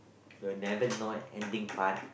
you'll never know ending part